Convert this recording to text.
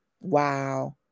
wow